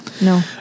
No